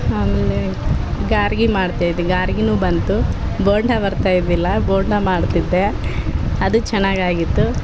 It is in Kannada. ಆಮೇಲೆ ಗಾರ್ಗಿ ಮಾಡ್ತಾ ಇದ್ದೆ ಗಾರ್ಗಿನು ಬಂತು ಬೋಂಡ ಬರ್ತಾ ಇದ್ದಿಲ್ಲ ಬೋಂಡಾ ಮಾಡ್ತಿದ್ದೆ ಅದು ಚೆನ್ನಾಗ್ ಆಗಿತ್ತು